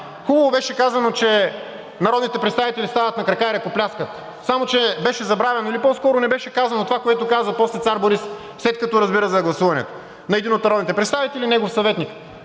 Хубаво беше казано, че народните представители стават на крака и ръкопляскат. Само че беше забравено или по-скоро не беше казано това, което казва после цар Борис, след като разбира за гласуването, на един от народните представители и негов съветник: